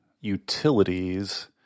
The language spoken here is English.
utilities